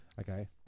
Okay